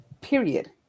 Period